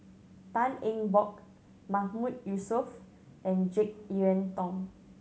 Tan Eng Bock Mahmood Yusof and Jek Yeun Thong